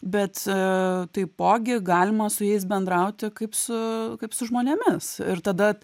bet taipogi galima su jais bendrauti kaip su kaip su žmonėmis ir tada